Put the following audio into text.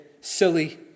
silly